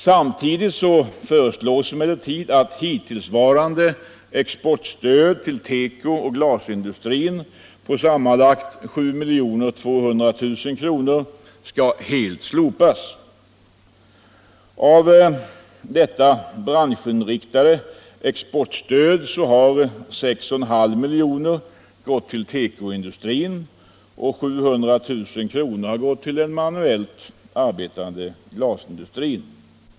Samtidigt föreslås emellertid att hittillsvarande exportstöd till tekooch glasindustrierna på sammanlagt 7 200 000 kr. helt skall slopas. Av detta branschinriktade exportstöd har 6,5 milj.kr. gått till teko-industrierna, och 700 000 kr. har gått till den manuellt arbetande glasindustrin.